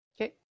Okay